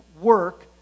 work